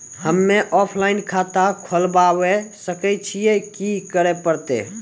हम्मे ऑफलाइन खाता खोलबावे सकय छियै, की करे परतै?